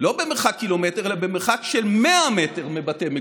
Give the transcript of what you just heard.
לא במרחק קילומטר אלא במרחק של 100 מטר מבתי מגורים.